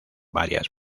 varias